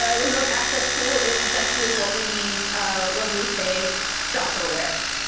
ah remote access tool is essentially what we mean when we say stalkerware.